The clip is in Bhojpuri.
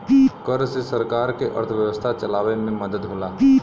कर से सरकार के अर्थव्यवस्था चलावे मे मदद होला